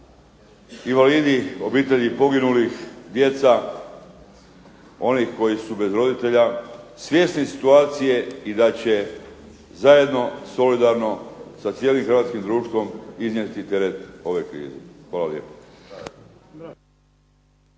invalidi, obitelji poginulih, djeca, oni koji su bez roditelja, svjesni situacije i da će zajedno, solidarno sa cijelim hrvatskim društvom iznijeti teret ove krize. Hvala lijepa.